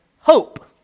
hope